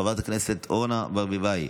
חברת הכנסת אורנה ברביבאי,